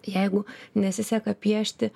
jeigu nesiseka piešti